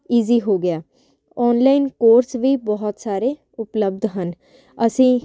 easy ਹੋ ਗਿਆ online course ਵੀ ਬਹੁਤ ਸਾਰੇ ਉਪਲਬਧ ਹਨ ਅਸੀਂ